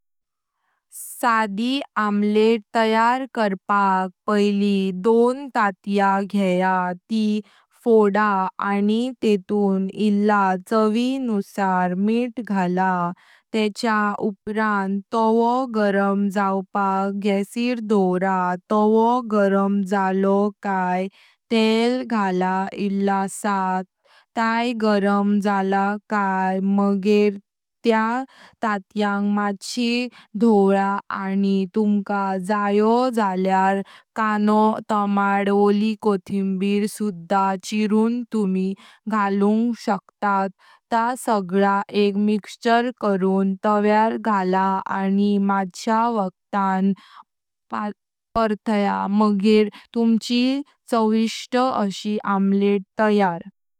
साडी omelette तयार करपाक पैली दोन ताट्या घेया ती फोडा आनी तेतून इल्ला चावी नुसार मिठ घाला। तच्य उपरन तवो गरम जावपाक गासिर दोवरा। तवो गरम जालो काये तेल घाला इल्लासा। ताय गरम ज्यालो काये मगेत त्या ताट्यांग मतशी धोवला आनी तुमका जायो जल्यार काणि तमाट वोलि कोथिंबीर सुधा चीरुन तुमी घालूंग शकतात। ता सगळा एक मिक्सचर करून तव्यार घाला आनी मत्श्य वकतान पोर्ताय मगेर तुमची चविष्ट अशी आमलेट तयार।